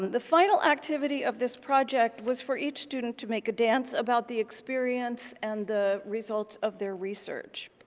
the final activity of this project was for each student to make a dance about the experience and the result of their research.